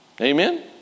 Amen